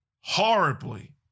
horribly